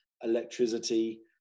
electricity